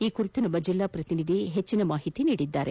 ಈ ಕುರಿತು ನಮ್ಮ ಜಿಲ್ಲಾ ಪ್ರತಿನಿಧಿ ಹೆಚ್ಚಿನ ಮಾಹಿತಿ ನೀಡಿದ್ದಾರೆ